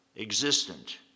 Existent